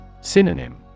Synonym